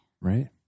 Right